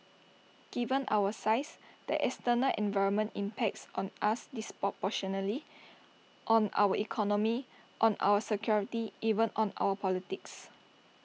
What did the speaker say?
given our size the external environment impacts on us disproportionately on our economy on our security even on our politics